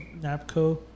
napco